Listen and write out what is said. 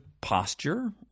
posture